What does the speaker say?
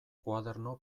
koaderno